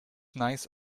nice